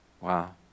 Wow